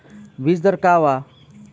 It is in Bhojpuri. बीज दर का वा?